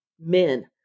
men